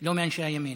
לא מאנשי הימין?